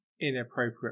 inappropriate